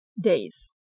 Days